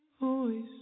voice